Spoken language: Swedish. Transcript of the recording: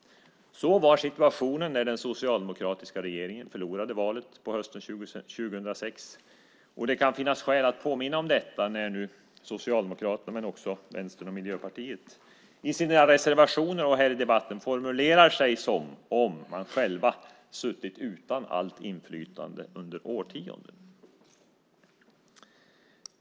Sådan var situationen när den socialdemokratiska regeringen förlorade valet hösten 2006. Det kan finnas skäl att påminna om detta när nu Socialdemokraterna och också Vänstern och Miljöpartiet i sina reservationer och här i debatten formulerar sig som om man själv suttit utan allt inflytande under årtionden.